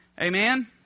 amen